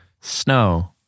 snow